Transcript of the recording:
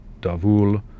davul